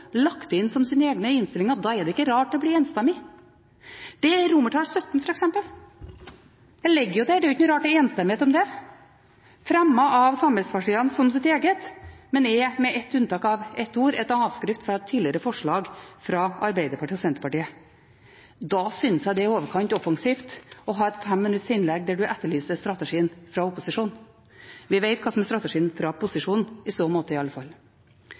lagt inn som sine egne i innstillingen. Da er det ikke rart det blir enstemmig. Det gjelder XVII, f.eks. Det ligger jo der – det er jo ikke noe rart det er enstemmighet om det – fremmet av samarbeidspartiene som deres eget, men det er, med unntak av ett ord, en avskrift fra et tidligere forslag fra Arbeiderpartiet og Senterpartiet. Da synes jeg det er i overkant offensivt å ha et femminuttersinnlegg der en etterlyser strategien fra opposisjonen. Vi vet hva som er strategien fra posisjonen, i så måte